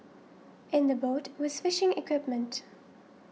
in the boat was fishing equipment